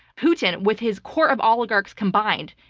putin, with his core of oligarchs combined,